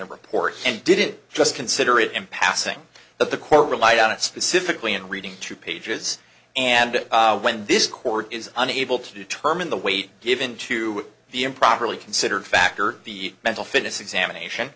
a report and didn't just consider it in passing but the court relied on it specifically in reading two pages and when this court is unable to determine the weight given to the improperly considered fact or the mental fitness examination